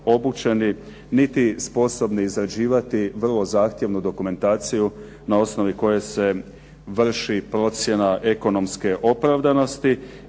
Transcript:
niti sposobni izrađivati vrlo zahtjevnu dokumentaciju na osnovi koje se vrši procjena ekonomske opravdanosti